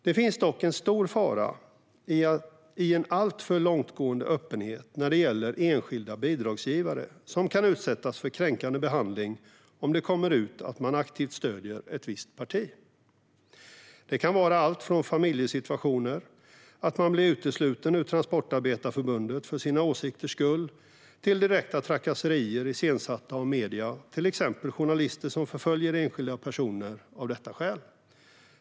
Det finns dock en stor fara i en alltför långtgående öppenhet när det gäller enskilda bidragsgivare som kan utsättas för kränkande behandling om det kommer ut att man aktivt stöder ett visst parti. Det kan vara allt från familjesituationer, att man blir utesluten ur Transportarbetareförbundet för sina åsikters skull till direkta trakasserier iscensatta av medier, till exempel journalister som förföljer enskilda personer av detta skäl.